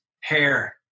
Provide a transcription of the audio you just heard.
hair